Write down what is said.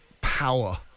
power